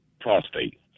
prostate